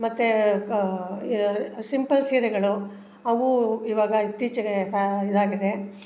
ಮತ್ತು ಸಿಂಪಲ್ ಸೀರೆಗಳು ಅವೂ ಇವಾಗ ಇತ್ತೀಚೆಗೆ ಫ್ಯಾ ಇದಾಗಿದೆ